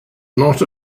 not